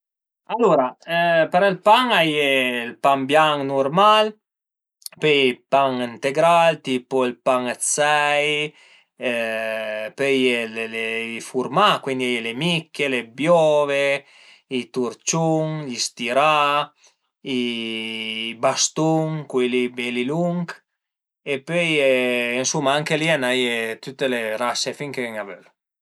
Alura për ël pan a ie ël pan bianch nurmal, pöi i pan ëntegral tipu pan dë sei, pöi a ie i furmà, cuindi le micche, le biove, i turciun, i stirà, i bastun cui li beli lunch e pöi anche li ënsuma a i n'a ie dë tüte le rase, fin che ün a völ